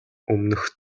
өмнөх